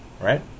Right